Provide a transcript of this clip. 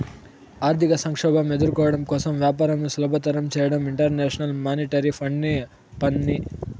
ఆర్థిక సంక్షోభం ఎదుర్కోవడం కోసం వ్యాపారంను సులభతరం చేయడం ఇంటర్నేషనల్ మానిటరీ ఫండ్ పని